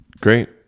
great